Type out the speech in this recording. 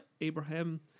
Abraham